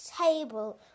table